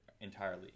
entirely